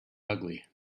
ugly